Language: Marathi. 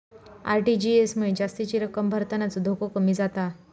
आर.टी.जी.एस मुळे जास्तीची रक्कम भरतानाचो धोको कमी जाता